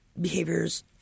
behaviors